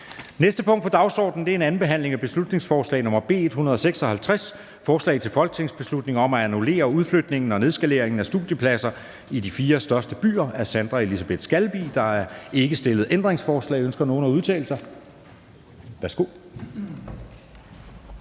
næste punkt på dagsordenen er: 83) 2. (sidste) behandling af beslutningsforslag nr. B 156: Forslag til folketingsbeslutning om at annullere udflytningen og nedskaleringen af studiepladser i de fire største byer. Af Sandra Elisabeth Skalvig (LA) m.fl. (Fremsættelse 01.03.2024.